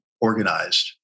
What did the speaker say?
organized